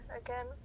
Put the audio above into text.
again